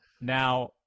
Now